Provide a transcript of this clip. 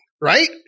Right